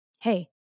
Hey